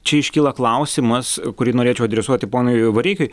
čia iškyla klausimas kurį norėčiau adresuoti ponui vareikiui